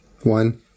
One